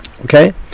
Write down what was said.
Okay